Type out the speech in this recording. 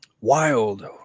Wild